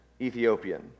Ethiopian